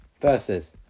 versus